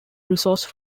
resource